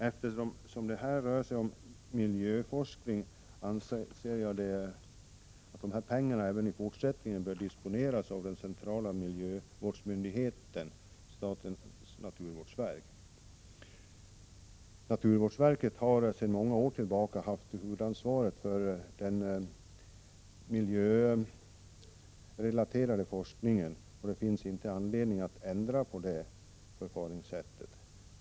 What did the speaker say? Eftersom det rör sig om miljöforskning, anser jag att pengarna även i fortsättningen bör disponeras av den centrala miljövårdsmyndigheten, statens naturvårdsverk. Naturvårdsverket har sedan många år tillbaka haft huvudansvaret för den miljörelaterade forskningen, och det finns inte anledning att ändra det förfaringssättet.